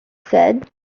said